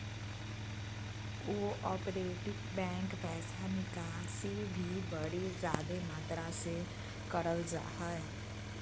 cooperative bank मे पैसा निकासी भी बड़ी जादे मात्रा मे करल जा हय